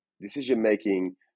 decision-making